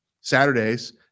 Saturdays